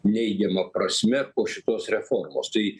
neigiama prasme po šitos reformos tai